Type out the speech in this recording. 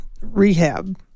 rehab